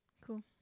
Cool